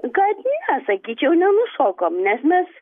kad ne sakyčiau nenušokom nes mes